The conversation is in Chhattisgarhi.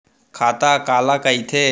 खाता काला कहिथे?